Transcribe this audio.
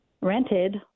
rented